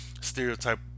stereotype